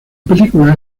película